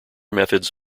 methods